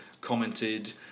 commented